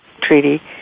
Treaty